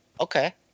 Okay